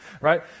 right